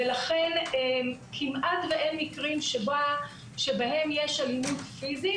ולכן כמעט ואין מקרים שבהם יש אלימות פיזית